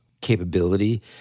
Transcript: capability